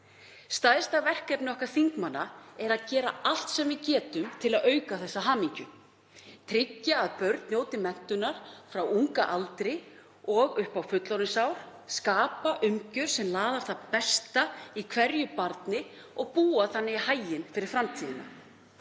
Stærsta verkefni okkar þingmanna er að gera allt sem við getum til að auka þessa hamingju, tryggja að börn njóti menntunar frá unga aldri og upp á fullorðinsár, skapa umgjörð sem laðar fram það besta í hverju barni og búa þannig í haginn fyrir framtíðina.